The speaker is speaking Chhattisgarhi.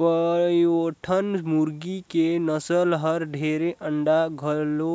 कयोठन मुरगी के नसल हर ढेरे अंडा घलो